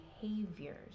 behaviors